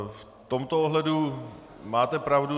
V tomto ohledu máte pravdu.